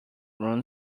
run